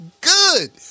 good